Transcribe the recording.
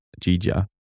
Jija